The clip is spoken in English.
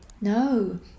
No